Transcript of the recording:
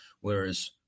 whereas